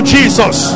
Jesus